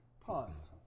Pause